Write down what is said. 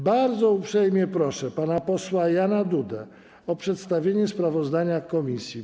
Bardzo uprzejmie proszę pana posła Jana Dudę o przedstawienie sprawozdania komisji.